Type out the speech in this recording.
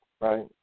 right